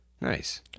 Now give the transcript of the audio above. Nice